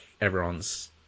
everyone's